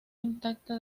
intacta